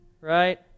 Right